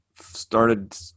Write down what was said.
started